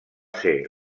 ser